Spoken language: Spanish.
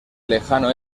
lejano